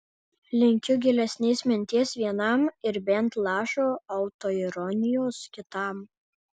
linkiu gilesnės minties vienam ir bent lašo autoironijos kitam